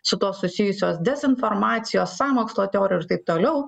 su tuo susijusios dezinformacijos sąmokslo teorijų ir taip toliau